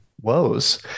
woes